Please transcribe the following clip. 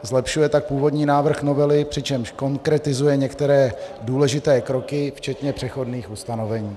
Zlepšuje tak původní návrh novely, přičemž konkretizuje některé důležité kroky včetně přechodných ustanovení.